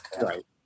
Right